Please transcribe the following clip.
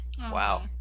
Wow